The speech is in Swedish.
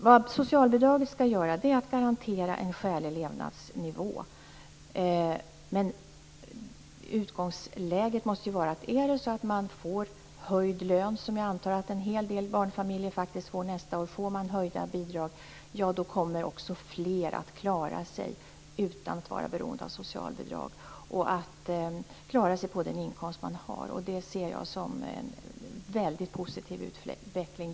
Vad socialbidraget skall göra är att garantera en skälig levnadsnivå. Men utgångsläget måste vara att om man får höjd lön, som jag antar att en hel del barnfamiljer faktiskt får nästa år, eller höjda bidrag kommer också fler att klara sig på den inkomst de har utan att vara beroende av socialbidrag. Det ser jag som en väldigt positiv utveckling.